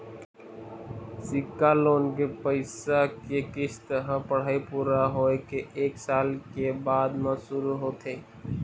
सिक्छा लोन के पइसा के किस्त ह पढ़ाई पूरा होए के एक साल के बाद म शुरू होथे